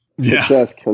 success